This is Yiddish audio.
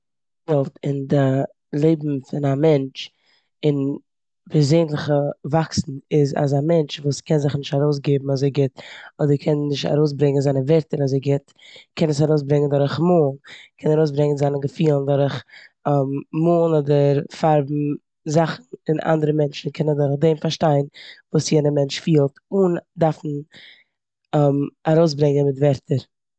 אין די לעבן פון א מענטש און פערזענליכע וואקסן איז אז א מענטש וואס קען זיך נישט ארויסגעבן אזוי גוט אדער קען ער נישט ארויסברענגען זיינע ווערטער אזוי גוט קען עס ארויסברענגען דורך מאלן, קען ארויסברענגען זיין געפילן דורך מאלן אדער פארבן זאכן און אנדערע מענטשן קענען דורך דעם פארשטיין וואס יענע מענטשן פילט אן דארפן ארויסברענגען מיט ווערטער.